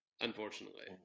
unfortunately